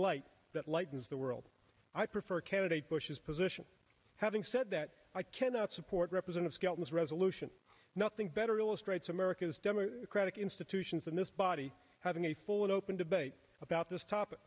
that lightens the world i prefer a candidate bush's position having said that i cannot support represent skelton's resolution nothing better illustrates america's democratic institutions and this body having a full and open debate about this topic